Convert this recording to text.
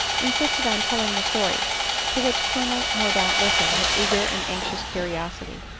insisted on telling the story to which colonel mordaunt listened with eager and anxious curiosity.